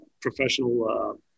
professional